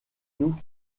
nous